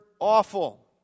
awful